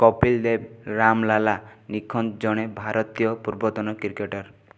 କପିଳ ଦେବ ରାମ୍ ଲାଲା ନିଖଞ୍ଜ ଜଣେ ଭାରତୀୟ ପୂର୍ବତନ କ୍ରିକେଟର୍